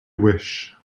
wish